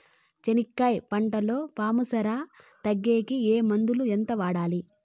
చెనక్కాయ పంటలో పాము సార తగ్గేకి ఏ మందులు? ఎంత వాడాలి?